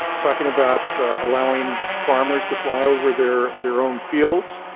talking about allowing farmers to fly over there their own fields,